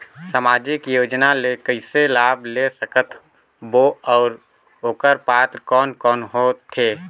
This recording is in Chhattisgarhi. समाजिक योजना ले कइसे लाभ ले सकत बो और ओकर पात्र कोन कोन हो थे?